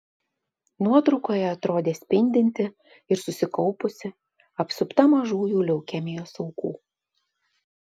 nuotraukoje atrodė spindinti ir susikaupusi apsupta mažųjų leukemijos aukų